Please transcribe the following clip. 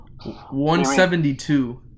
172